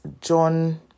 John